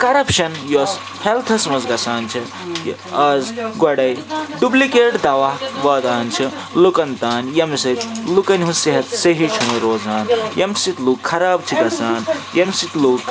corruption یۄس ہٮ۪لتھَس منٛز گژھان چھِ یہِ از گۄڈے ڈُبلِکیٹ دَوا واتان چھِ لُکَن تانۍ ییٚمہِ سۭتۍ لُکَن ہٕنٛز صحت صحیح چھِنہٕ روزان ییٚمہِ سۭتۍ لُکھ خراب چھِ گژھان ییٚمہِ سۭتۍ لُکھ